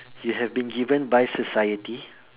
you have been given by society